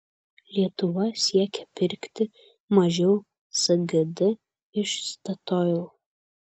lietuva siekia pirkti mažiau sgd iš statoil